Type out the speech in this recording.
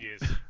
Yes